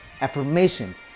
affirmations